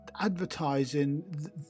advertising